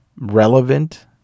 relevant